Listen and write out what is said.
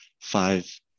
five